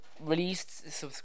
released